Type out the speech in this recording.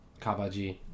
Kabaji